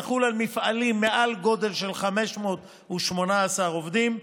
יחול על מפעלים מעל גודל של 518 עובדים,